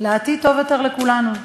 לעתיד טוב יותר לכולנו.